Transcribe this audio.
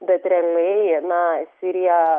bet realiai na sirija